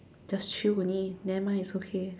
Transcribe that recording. just chill only nevermind it's okay